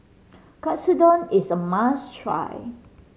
katsudon is a must try